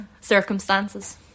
circumstances